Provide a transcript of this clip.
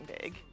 big